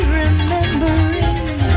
remembering